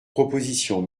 proposition